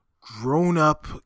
grown-up